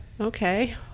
Okay